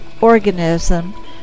organism